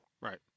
Right